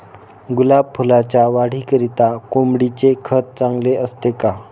गुलाब फुलाच्या वाढीकरिता कोंबडीचे खत चांगले असते का?